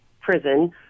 prison